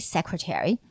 Secretary